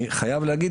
אני חייב להגיד,